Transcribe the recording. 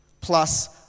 plus